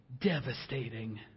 devastating